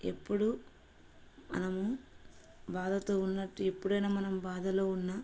ఎప్పుడూ మనము బాధతో ఉన్నట్టు ఎప్పుడైనా మనం బాధలో ఉన్న